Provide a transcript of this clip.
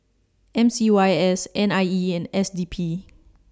M C Y S N I E and S D P